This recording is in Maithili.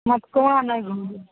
मौतकुआँ नहि घुमबै